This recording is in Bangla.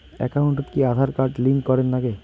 একাউন্টত কি আঁধার কার্ড লিংক করের নাগে?